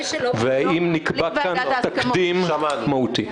האם נקבע פה תקדים מהותי.